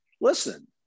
listen